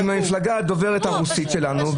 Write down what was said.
המפלגה הדוברת הרוסית שלנו,